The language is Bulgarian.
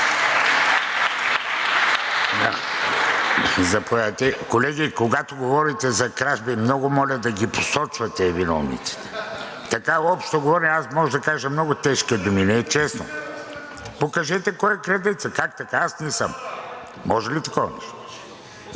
Колеги, когато говорите за кражби, много моля да ги посочвате виновниците. (Шум, реплики, смях.) Така, общо говорене, аз мога да кажа много тежки думи. Не е честно. Кажете кой е крадецът. Как така? Аз не съм. Може ли такова нещо?